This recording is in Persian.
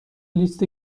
لیست